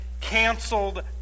canceled